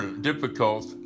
difficult